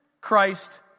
Christ